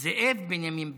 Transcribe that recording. זאב בנימין בגין.